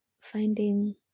finding